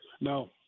no